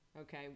Okay